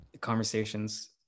conversations